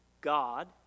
God